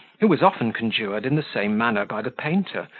who was often conjured in the same manner by the painter,